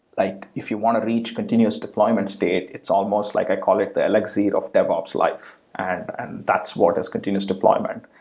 like if you want to reach continuous deployment state, it's almost like i call it the elixir of devops life, and that's what is continuous deployment.